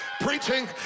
preaching